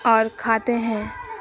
اور کھاتے ہیں